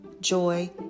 joy